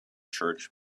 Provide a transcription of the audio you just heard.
church